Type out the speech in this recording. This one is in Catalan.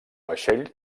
vaixell